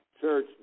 church